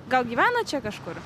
gal gyvenat čia kažkur